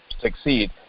succeed